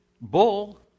Bull